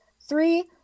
three